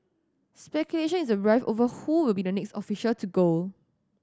speculation is rife over who will be the next official to go